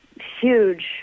huge